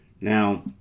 Now